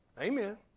Amen